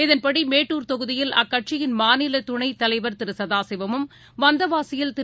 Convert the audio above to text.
இதன்படிமேட்டூர் தொகுதியில் அக்கட்சியின் மாநிலதுணைத்தலைவர் திருசதாசிவமும் வந்தவாசியில் திரு